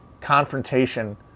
confrontation